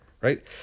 right